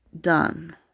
done